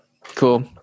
cool